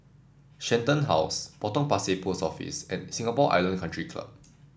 Shenton House Potong Pasir Post Office and Singapore Island Country Club